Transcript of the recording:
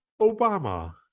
Obama